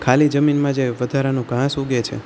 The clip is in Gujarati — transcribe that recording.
ખાલી જમીનમાં જે વધારાનું ઘાસ ઊગે છે